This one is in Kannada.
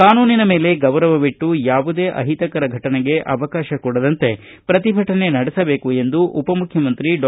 ಕಾನೂನಿನ ಮೇಲೆ ಗೌರವವಿಟ್ಟು ಯಾವುದೇ ಅಹಿತಕರ ಫೆಟನಗೆ ಅವಕಾಶ ಕೊಡದಂತೆ ಪ್ರತಿಭಟನೆ ನಡೆಸಬೇಕು ಎಂದು ಉಪಮುಖ್ಯಮಂತ್ರಿ ಡಾ